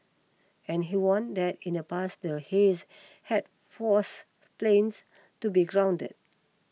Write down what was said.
and he warned that in the past the haze had forced planes to be grounded